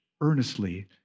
earnestly